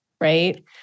right